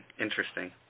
Interesting